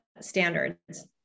standards